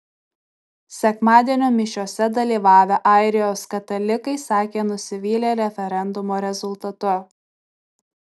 sekmadienio mišiose dalyvavę airijos katalikai sakė nusivylę referendumo rezultatu